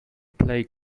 played